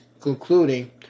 Concluding